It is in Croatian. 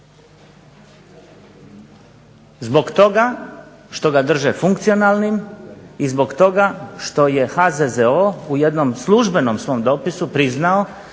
Zbog toga što ga drže funkcionalnim i zbog toga što je HZZO u jednom službenom svom dopisu priznao